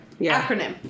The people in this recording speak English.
acronym